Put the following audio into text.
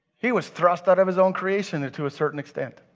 he was thrust out of his own creation to a certain extent.